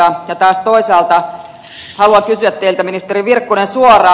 ja taas toisaalta haluan kysyä teiltä ministeri virkkunen suoraan